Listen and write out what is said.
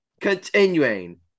Continuing